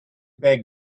beg